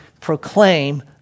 proclaim